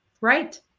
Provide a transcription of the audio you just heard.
Right